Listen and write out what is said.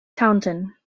taunton